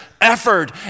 effort